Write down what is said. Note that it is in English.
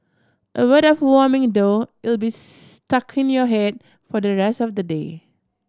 a word of warning though it'll be stuck in your head for the rest of the day